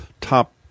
top